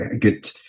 good